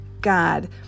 God